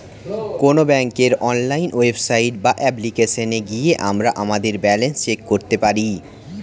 কোনো ব্যাঙ্কের online website বা অ্যাপ্লিকেশনে গিয়ে আমরা আমাদের ব্যালেন্স চেক করতে পারি